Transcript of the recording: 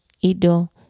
Ido